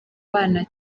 bana